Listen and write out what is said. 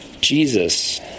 Jesus